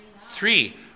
Three